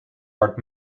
art